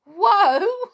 Whoa